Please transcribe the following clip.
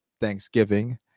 Thanksgiving